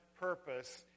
purpose